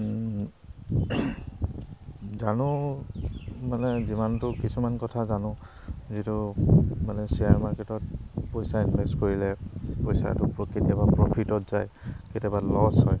জানো মানে যিমানটো কিছুমান কথা জানো যিটো মানে শ্বেয়াৰ মাৰ্কেটত পইচা ইনভেষ্ট কৰিলে পইচাটো কেতিয়াবা প্ৰফিটত যায় কেতিয়াবা লচ হয়